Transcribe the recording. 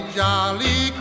jolly